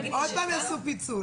עוד פעם יעשו פיצוץ.